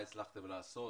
מה הצלחתם לעשות?